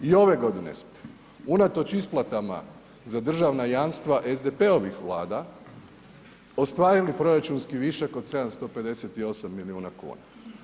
I ove godine smo unatoč isplatama za državna jamstva SDP-ovih vlada, ostvarili proračuni višak od 758 milijuna kuna.